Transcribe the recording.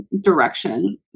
direction